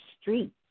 street